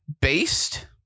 based